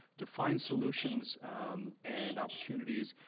to find solutions and opportunities,